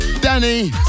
Danny